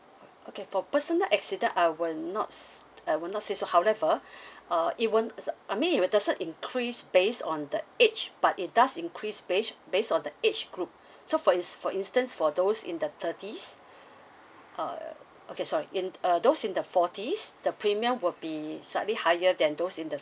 okay for personal accident I will not s~ I will not say so however uh it won't I mean it will doesn't increase based on the age but it does increase based based on the age group so for in~ for instance for those in the thirties err okay sorry in uh those in the forties the premium will be slightly higher than those in the